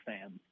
fans